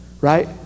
right